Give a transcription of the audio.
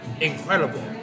incredible